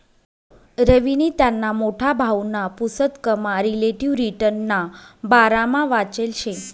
रवीनी त्याना मोठा भाऊना पुसतकमा रिलेटिव्ह रिटर्नना बारामा वाचेल शे